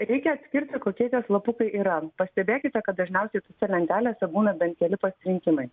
reikia atskirti kokie tie slapukai yra pastebėkite kad dažniausiai tose lentelėse būna bent keli pasirinkimai